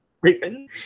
Raven